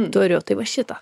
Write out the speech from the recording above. turiu tai va šitą